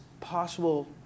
possible